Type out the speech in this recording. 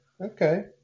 okay